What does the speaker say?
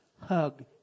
hug